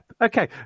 okay